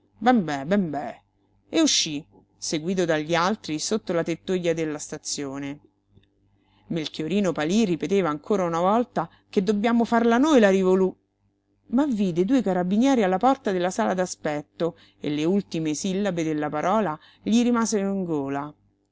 bembè bembè e uscí seguito dagli altri sotto la tettoja della stazione melchiorino palí ripeteva ancora una volta che dobbiamo farla noi la rivolu ma vide due carabinieri alla porta della sala d'aspetto e le ultime sillabe della parola gli rimasero in gola